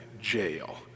jail